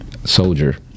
Soldier